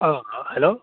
अ hello